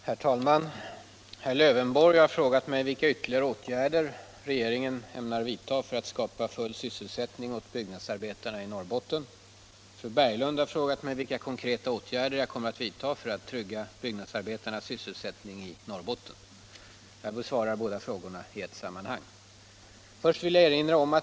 Herr talman! Herr Lövenborg har frågat mig vilka ytterligare åtgärder regeringen ämnar vidta för att skapa full sysselsättning åt byggnadsarbetarna i Norrbotten. Fru Berglund har frågat mig vilka konkreta åtgärder jag kommer att vidta för att trygga byggnadsarbetarnas sysselsättning i Norrbotten. Jag besvarar båda frågorna i ett sammanhang.